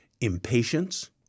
impatience